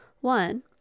One